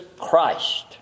Christ